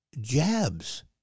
jabs